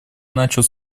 начал